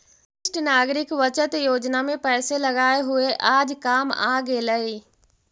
वरिष्ठ नागरिक बचत योजना में पैसे लगाए हुए आज काम आ गेलइ